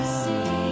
see